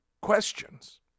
questions